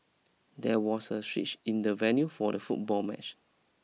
there was a switch in the venue for the football match